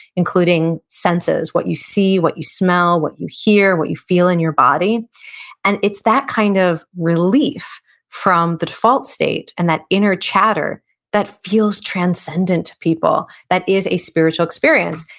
including senses what you see, what you smell, what you hear, what you feel in your body and it's that kind of relief from the default state and that inner chatter that feels transcendent to people, that is a spiritual experience.